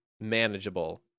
manageable